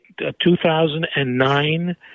2009